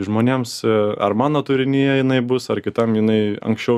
žmonėms ar mano turinyje jinai bus ar kitam jinai anksčiau